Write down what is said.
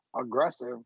aggressive